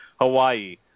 Hawaii